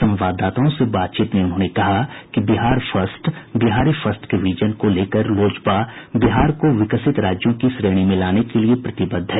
संवाददाताओं से बातचीत में उन्होंने कहा कि बिहार फर्स्ट बिहारी फर्स्ट के विजन को लेकर लोजपा बिहार को विकसित राज्यों की श्रेणी में लाने के लिये प्रतिबद्ध है